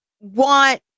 want